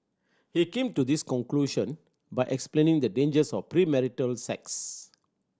he came to this conclusion by explaining the dangers of premarital sex